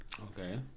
Okay